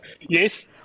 Yes